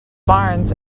barnes